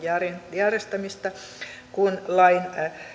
järjestämistä kun lain